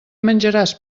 menjaràs